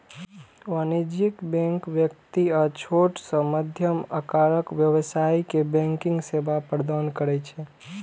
वाणिज्यिक बैंक व्यक्ति आ छोट सं मध्यम आकारक व्यवसायी कें बैंकिंग सेवा प्रदान करै छै